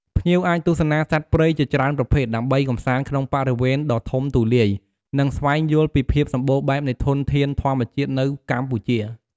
ភ្ញៀវអាចទស្សនាសត្វព្រៃជាច្រើនប្រភេទ ដើរកម្សាន្តក្នុងបរិវេណដ៏ធំទូលាយ និងស្វែងយល់ពីភាពសម្បូរបែបនៃធនធានធម្មជាតិនៅកម្ពុជា។